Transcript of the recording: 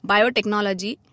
Biotechnology